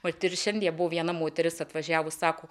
vat i ir šiandien viena moteris atvažiavus sako